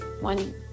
one